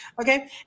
okay